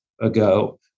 ago